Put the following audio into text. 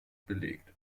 belegt